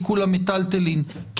אז השאלה היא מה ערך המיטלטלין ברי העיקול,